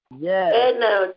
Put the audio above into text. Yes